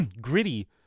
gritty